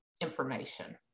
information